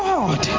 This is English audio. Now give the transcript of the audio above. God